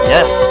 Yes